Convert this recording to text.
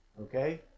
okay